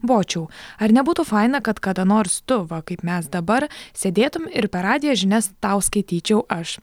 bočiau ar nebūtų faina kad kada nors tu va kaip mes dabar sėdėtum ir per radiją žinias tau skaityčiau aš